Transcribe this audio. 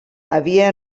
havia